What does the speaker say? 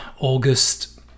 August